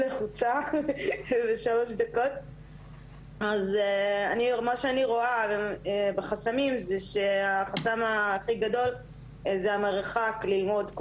אז מה שאני רואה בחסמים הוא שהחסם הכי גדול הוא המרחק ללמוד.